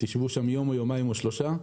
תשבו שם יום או יומיים או שלושה,